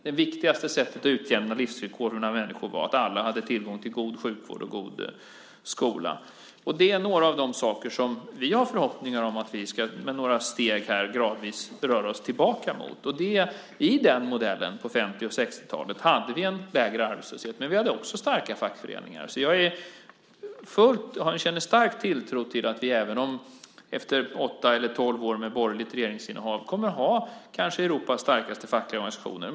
Det viktigaste sättet att utjämna livsvillkoren mellan människor var att alla hade tillgång till god sjukvård och god skola. Det är några av de saker som vi har förhoppningar om att vi här med några steg gradvis ska röra oss tillbaka mot. I modellen på 50 och 60-talet hade vi en lägre arbetslöshet. Men vi hade också starka fackföreningar. Jag känner stark tilltro till att vi även efter åtta eller tolv år med borgerligt regeringsinnehav kommer att ha kanske Europas starkaste fackliga organisationer.